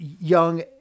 Young